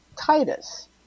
Titus